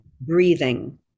breathing